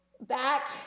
back